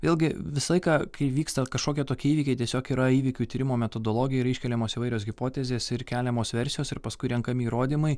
vėlgi visą laiką kai vyksta kažkokie tokie įvykiai tiesiog yra įvykių tyrimo metodologija yra iškeliamos įvairios hipotezės ir keliamos versijos ir paskui renkami įrodymai